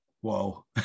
whoa